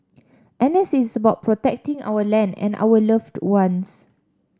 N S is about protecting our land and our loved ones